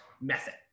method